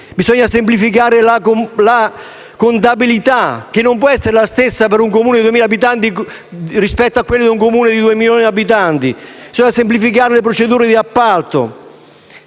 Bisogna semplificare la contabilità, che non può essere la stessa per un Comune di 2.000 abitanti e per un Comune di 2 milioni di abitanti. Bisogna semplificare le procedure di appalto.